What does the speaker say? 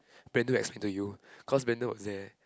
Brandon will explain to you cause Brandon was there